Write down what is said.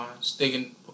Sticking